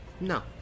No